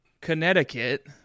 Connecticut